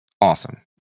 awesome